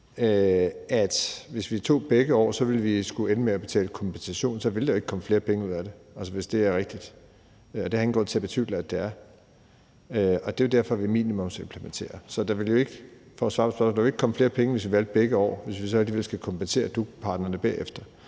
at hvis vi tog begge år, ville vi ende med at skulle betale kompensation, ville der jo ikke komme flere penge ud af det, altså hvis det er rigtigt, og det har jeg ingen grund til at betvivle at det er. Det er jo derfor, vi minimumsimplementerer. Så for at svare på spørgsmålet vil der jo ikke ville komme flere penge, hvis vi valgte begge år, hvis vi så alligevel skal kompensere DUC-partnerne bagefter.